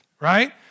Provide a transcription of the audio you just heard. right